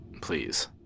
please